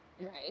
Right